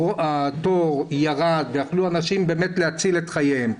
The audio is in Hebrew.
התור ירד, ואנשים יכלו להציל את חייהם.